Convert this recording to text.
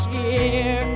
year